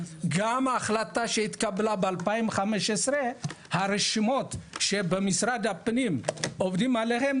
גם ההחלטה שהתקבלה ב- 2015 הרשימות שבמשרד הפנים עובדים עליהם,